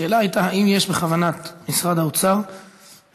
השאלה הייתה אם יש בכוונת משרד האוצר לבטל